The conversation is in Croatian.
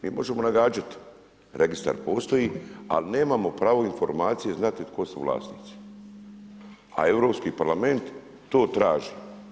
Mi možemo nagađati, registar postoj ali nemamo prave informacije znati tko su vlasnici a Europski parlament to traži.